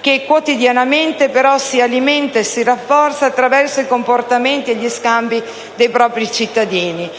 che quotidianamente si alimenta e rafforza attraverso i comportamenti e gli scambi dei propri cittadini.